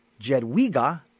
Jedwiga